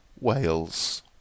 Wales